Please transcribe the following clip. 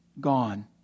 gone